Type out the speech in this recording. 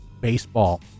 baseball